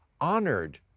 honored